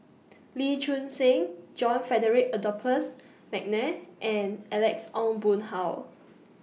Lee Choon Seng John Frederick Adolphus Mcnair and Alex Ong Boon Hau